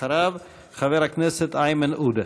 אחריו, חבר הכנסת איימן עודה.